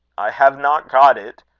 i have not got it,